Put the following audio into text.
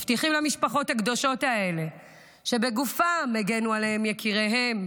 מבטיחים למשפחות הקדושות האלה שבגופם הגנו עלינו יקיריהן,